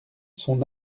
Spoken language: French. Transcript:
son